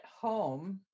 home